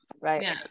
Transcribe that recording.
Right